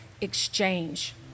exchange